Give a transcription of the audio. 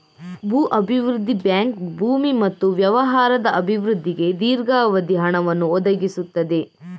ಭೂ ಅಭಿವೃದ್ಧಿ ಬ್ಯಾಂಕ್ ಭೂಮಿ ಮತ್ತು ವ್ಯವಹಾರದ ಅಭಿವೃದ್ಧಿಗೆ ದೀರ್ಘಾವಧಿಯ ಹಣವನ್ನು ಒದಗಿಸುತ್ತದೆ